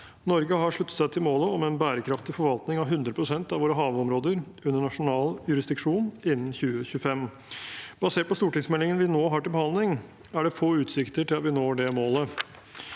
Norge har sluttet seg til målet om en bærekraftig forvaltning av 100 pst. av våre havområder under nasjonal jurisdiksjon innen 2025. Basert på stortingsmeldingen vi nå har til behandling, er det få utsikter til at vi når det målet.